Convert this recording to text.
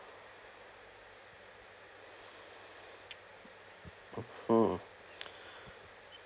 hmm